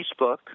facebook